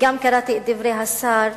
וגם קראתי את דברי השר,